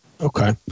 Okay